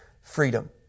freedom